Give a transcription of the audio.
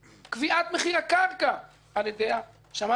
קביעת מחיר הקרקע על-ידי השמאי הממשלתי.